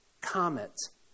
comets